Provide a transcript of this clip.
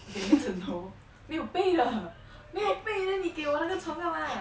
给你一个枕头没有被的没有被 then 你给我那个床干嘛